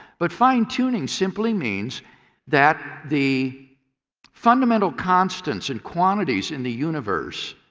but fine-tuning simply means that the fundamental constants and quantities in the universe